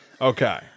Okay